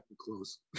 Close